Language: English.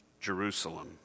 Jerusalem